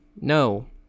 no